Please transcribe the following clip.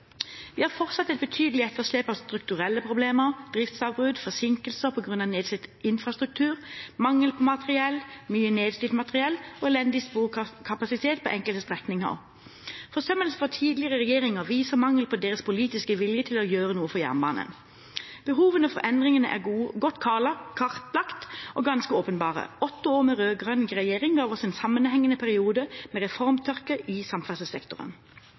Vi har fortsatt et betydelig etterslep på grunn av strukturelle problemer, driftsavbrudd, forsinkelser på grunn av nedslitt infrastruktur, mangel på materiell, mye nedslitt materiell og elendig sporkapasitet på enkelte strekninger. Forsømmelsen fra tidligere regjeringer viser mangelen på deres politiske vilje til å gjøre noe for jernbanen. Behovene for endringer er godt kartlagt og ganske åpenbare etter åtte år med rød-grønn regjering og en sammenhengende periode med reformtørke i samferdselssektoren.